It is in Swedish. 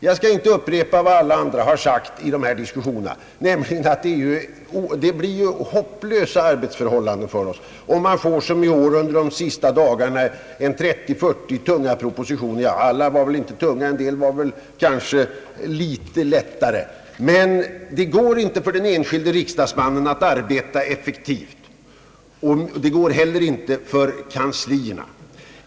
Jag skall inte upprepa vad alla har sagt i dessa diskussioner om att det blir hopplösa arbetsförhållanden för oss om man som i år under de sista dagarna av propositionstiden får 30— 40 propositioner, varav de flesta är tunga. Det går inte att arbeta effektivt för den enskilde riksdagsmannen, inte heller för partikanslierna.